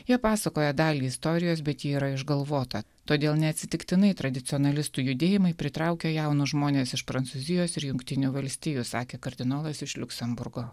jie pasakoja dalį istorijos bet ji yra išgalvota todėl neatsitiktinai tradicionalistų judėjimai pritraukia jaunus žmones iš prancūzijos ir jungtinių valstijų sakė kardinolas iš liuksemburgo